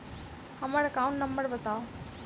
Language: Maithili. हम्मर एकाउंट नंबर बताऊ?